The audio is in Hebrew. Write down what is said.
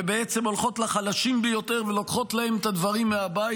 ובעצם הולכות לחלשים ביותר ולוקחות להם את הדברים מהבית,